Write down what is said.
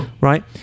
right